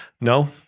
no